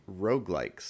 roguelikes